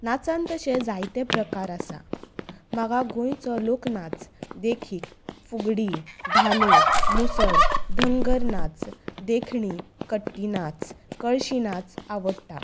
नाचांत तशे जायते प्रकार आसात म्हाका गोंयचो लोकनाच देखीक फुगडी धालो मुसळ धंगर नाच देखणी कट्टी नाच कळशी नाच आवडटा